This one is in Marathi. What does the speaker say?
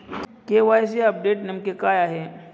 के.वाय.सी अपडेट नेमके काय आहे?